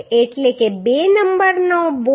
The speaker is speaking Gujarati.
8 એટલે કે બે નંબરના બોલ્ટ